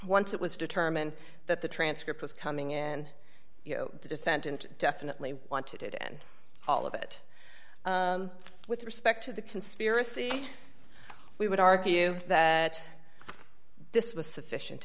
once it was determined that the transcript was coming in the defendant definitely wanted it in all of it with respect to the conspiracy we would argue that this was sufficient